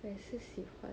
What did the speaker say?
我也是喜欢